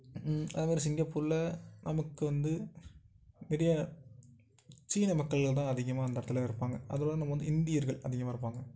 அதுமாரி சிங்கப்பூர்ல நமக்கு வந்து நிறையா சீன மக்கள்கள் தான் அதிகமாக அந்த இடத்துல இருப்பாங்க அதுவும் இல்லாமல் நம்ம வந்து இந்தியர்கள் அதிகமாக இருப்பாங்க